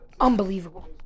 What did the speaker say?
unbelievable